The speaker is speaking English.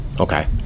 Okay